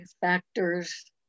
factors